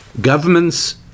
Governments